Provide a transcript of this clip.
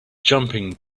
jumping